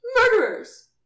Murderers